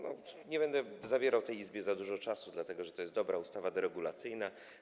Nie będę zabierał Izbie za dużo czasu, dlatego że to jest dobra ustawa deregulacyjna.